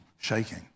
shaking